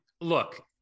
Look